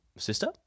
sister